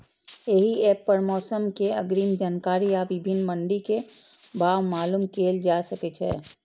एहि एप पर मौसम के अग्रिम जानकारी आ विभिन्न मंडी के भाव मालूम कैल जा सकै छै